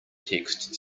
text